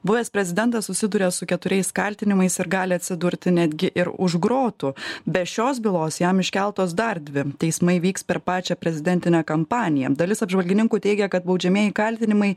buvęs prezidentas susiduria su keturiais kaltinimais ir gali atsidurti netgi ir už grotų be šios bylos jam iškeltos dar dvi teismai vyks per pačią prezidentinę kampaniją dalis apžvalgininkų teigia kad baudžiamieji kaltinimai